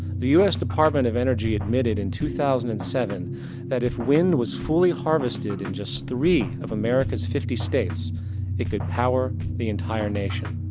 the us department of energy admitted in two thousand and seven that if wind was fully harvested in just three of americas fifty states it could power the entire nation.